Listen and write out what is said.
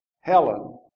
Helen